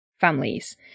families